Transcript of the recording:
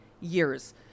years